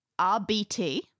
RBT